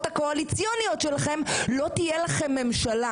הקואליציוניות שלכם לא תהיה לכם ממשלה,